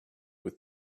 with